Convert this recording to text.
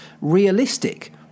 realistic